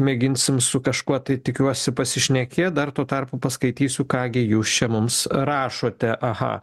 mėginsim su kažkuo tai tikiuosi pasišnekėt dar tuo tarpu paskaitysiu ką gi jūs čia mums rašote aha